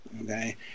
okay